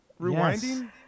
Rewinding